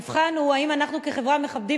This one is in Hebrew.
המבחן הוא אם אנחנו כחברה מכבדים